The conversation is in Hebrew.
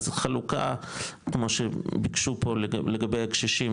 אז חלוקה כמו שביקשו פה לגבי הקשישים